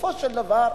בסופו של דבר,